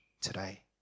today